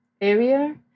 area